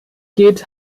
geht